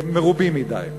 מרובים מדי.